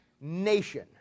nation